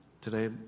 Today